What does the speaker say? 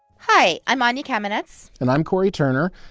hi. i'm anya kamenetz and i'm cory turner.